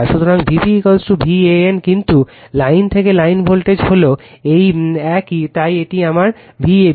সুতরাং Vp VAN কিন্তু line থেকে লাইন ভোল্টেজ হল এই সময় রেফার করুন 1343 এই এক তাই এটি আমার Vab